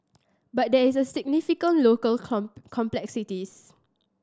but there is significant local complexities